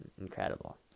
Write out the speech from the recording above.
incredible